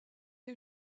est